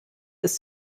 ist